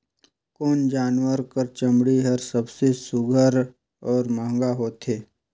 कोन जानवर कर चमड़ी हर सबले सुघ्घर और महंगा होथे?